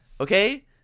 okay